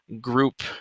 group